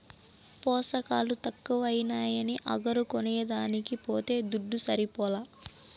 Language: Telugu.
పోసకాలు తక్కువైనాయని అగరు కొనేదానికి పోతే దుడ్డు సరిపోలా